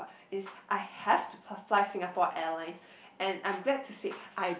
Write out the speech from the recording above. is I have to f~ fly Singapore Airlines and I'm glad to say I've